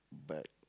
but